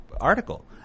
article